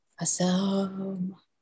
Awesome